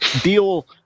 deal